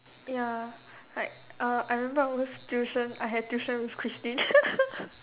ya like uh I remember I always tuition I had tuition with Christine